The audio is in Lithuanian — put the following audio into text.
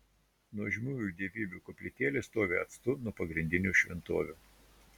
nuožmiųjų dievybių koplytėlės stovi atstu nuo pagrindinių šventovių